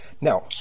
Now